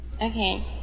Okay